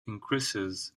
increases